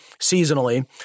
seasonally